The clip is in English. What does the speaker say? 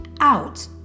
out